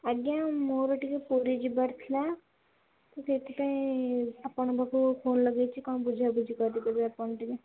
ଆଜ୍ଞା ମୋର ଟିକିଏ ପୁରୀ ଯିବାର ଥିଲା ମୁଁ ସେଇଥିପାଇଁ ଆପଣଙ୍କ ପାଖକୁ ଫୋନ୍ ଲଗାଇଛି କ'ଣ ବୁଝାବୁଝି କରିଦେବେ ଆପଣ ଟିକିଏ